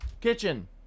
kitchen